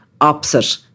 opposite